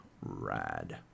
rad